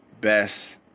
Best